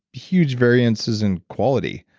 huge variances in quality.